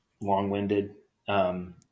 long-winded